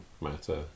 matter